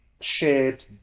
shared